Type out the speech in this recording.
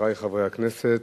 חברי חברי הכנסת,